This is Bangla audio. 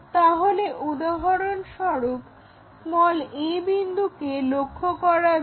তাহলে উদাহরণস্বরূপ a বিন্দুকে লক্ষ্য করা যাক